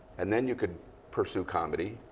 and then you could pursue comedy.